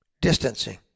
distancing